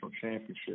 championship